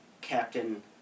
Captain